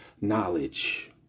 knowledge